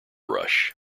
rush